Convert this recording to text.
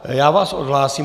Já vás odhlásím.